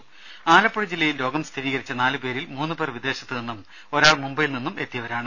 രുമ ആലപ്പുഴ ജില്ലയിൽ രോഗം സ്ഥിരീകരിച്ച നാലു പേരിൽ മൂന്നുപേർ വിദേശത്തുനിന്നും ഒരാൾ മുംബൈയിൽനിന്നും എത്തിയവരാണ്